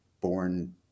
born